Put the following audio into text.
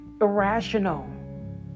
irrational